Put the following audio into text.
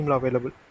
available